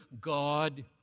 God